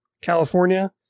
California